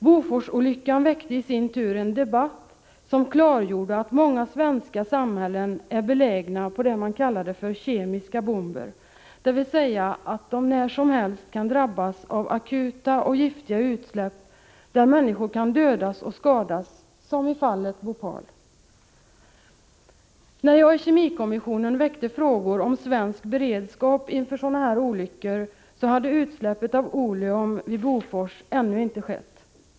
Boforsolyckan väckte i sin tur en debatt som klargjorde att många svenska samhällen är belägna på det man kallade kemiska bomber, dvs. att de när som helst kan drabbas av akuta och giftiga utsläpp som medför att människor kan dödas och skadas som i fallet Bhopal. När jag i kemikommissionen väckte frågor om svensk beredskap inför sådana olyckor hade utsläppet av oleum vid Bofors ännu inte skett.